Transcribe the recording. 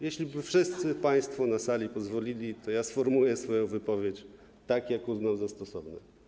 Jeśli wszyscy państwo na sali pozwolą, to ja sformułuję swoją wypowiedź tak, jak uznam za stosowne.